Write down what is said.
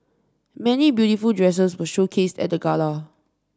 many beautiful dresses were showcased at the gala